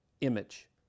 image